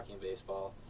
baseball